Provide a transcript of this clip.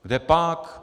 Kdepak.